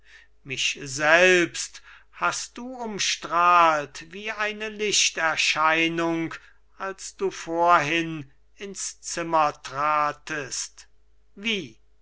mich selbst hast du umstrahlt wie eine lichterscheinung als du vorhin ins zimmer tratest wie